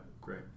great